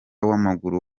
w’amaguru